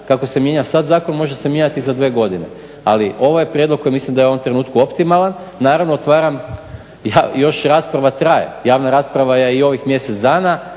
kako se mijenja sad zakon može se mijenjati i za dvije godine, ali ovo je prijedlog koji mislim da je u ovom trenutku optimalan. Naravno otvaram, rasprava još traje, javna rasprava je i ovih mjesec dana